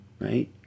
right